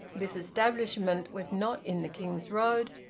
this establishment was not in the king's road,